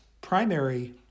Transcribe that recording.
primary